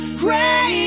great